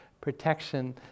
protection